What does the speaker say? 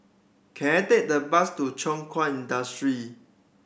can I take the bus to Thow Kwang Industry